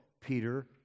Peter